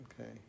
Okay